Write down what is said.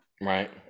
Right